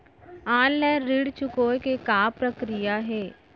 Online ऋण चुकोय के का प्रक्रिया हे?